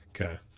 okay